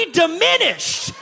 diminished